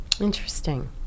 Interesting